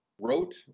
wrote